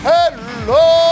Hello